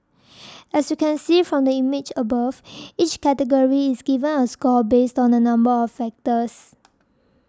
as you can see from the image above each category is given a score based on a number of factors